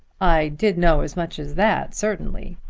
i did know as much as that, certainly.